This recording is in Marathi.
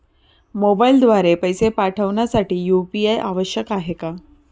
मोबाईलद्वारे पैसे पाठवण्यासाठी यू.पी.आय आवश्यक आहे का?